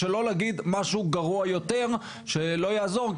שלא להגיד משהו גרוע יותר שלא יעזור,